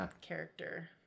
character